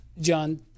John